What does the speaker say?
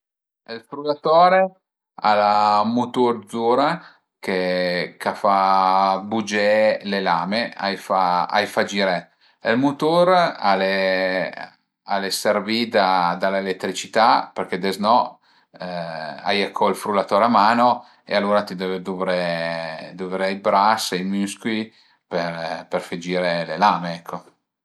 Ël frullatore al a ën mutur zura che ch'a fa bugé le lame, a i fa a i fa giré. Ël mutur al e al e servì da l'eletricità përché deznò a ie co ël frullatore a mano e alura ti deve duvré duvré i bras e i müscüi per per fe giré le lame ecco